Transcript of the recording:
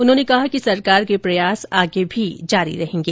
उन्होंने कहा कि सरकार के प्रयास आगे भी जारी रहेंगे